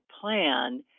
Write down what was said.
plan